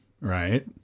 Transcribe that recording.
right